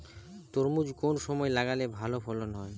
তরমুজ কোন সময় লাগালে ভালো ফলন হয়?